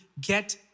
get